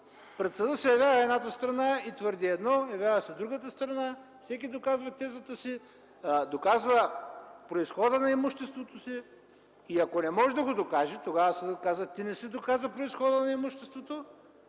Пред съда се явява едната страна и твърди едно, явява се другата страна, всеки доказва тезата си, доказва произхода на имуществото си. И ако не може да го докаже, тогава съдът казва: „Ти не си доказал произхода на имуществото.